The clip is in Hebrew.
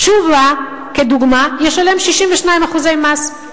תשובה, כדוגמה, ישלם 62% מס.